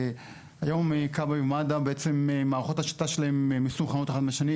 היום כב"ה ומד"א בעצם מערכות השיטה שלהן מסונכרנות אחת עם השנייה,